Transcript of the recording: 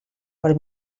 per